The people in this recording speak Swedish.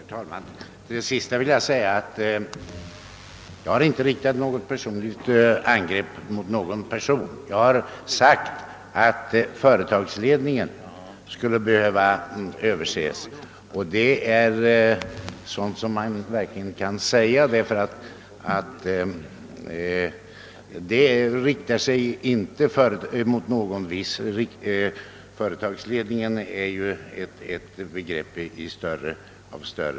Herr talman! På det som sades sist vill jag svara, att jag inte har riktat något angrepp mot någon person. Jag har bara sagt, att företagsledningen skulle behöva överses, och detta är sådant som man lugnt kan säga utan att därmed rikta kritik mot någon viss person, eftersom företagsledningen är ett begrepp av större omfattning.